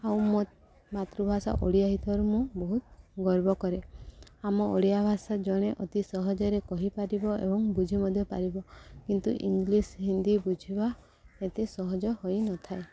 ଆଉ ମୋ ମାତୃଭାଷା ଓଡ଼ିଆ ହେଇଥିବାରୁ ମୁଁ ବହୁତ ଗର୍ବ କରେ ଆମ ଓଡ଼ିଆ ଭାଷା ଜଣେ ଅତି ସହଜରେ କହିପାରିବ ଏବଂ ବୁଝି ମଧ୍ୟ ପାରିବ କିନ୍ତୁ ଇଂଲିଶ ହିନ୍ଦୀ ବୁଝିବା ଏତେ ସହଜ ହୋଇନଥାଏ